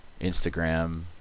Instagram